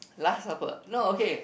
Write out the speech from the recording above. last supper no okay